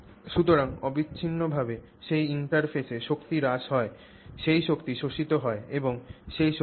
সুতরাং অবিচ্ছিন্নভাবে সেই ইন্টারফেসে শক্তি হ্রাস হয় সেই শক্তি শোষিত হয় এবং সেই শক্তি কী